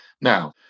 Now